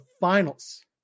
finals